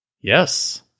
Yes